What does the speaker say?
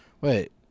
Wait